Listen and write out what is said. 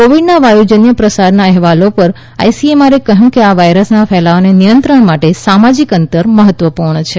કોવિડના વાયુજન્ય પ્રસારના અહેવાલો પર આઈસીએમઆરએ કહ્યું કે આ વાયરસના ફેલાવાને નિયંત્રણ માટે સામાજિક અંતર મહત્વપૂર્ણ છે